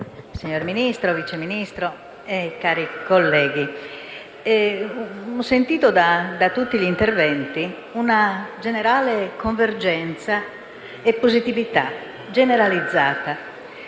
signor Ministro, signor Vice Ministro, cari colleghi, ho sentito emergere da tutti gli interventi una generale convergenza e una positività generalizzata,